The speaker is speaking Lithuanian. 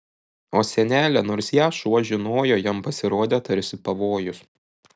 o senelė nors ją šuo žinojo jam pasirodė tarsi pavojus